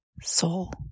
soul